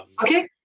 Okay